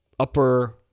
Upper